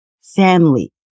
family